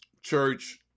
church